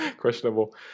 questionable